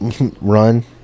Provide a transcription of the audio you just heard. run